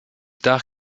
tard